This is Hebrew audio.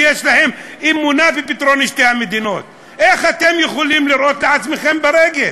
שיש להם אמונה בפתרון שתי המדינות: איך אתם יכולים לירות לעצמכם ברגל?